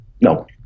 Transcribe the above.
No